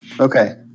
Okay